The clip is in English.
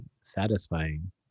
satisfying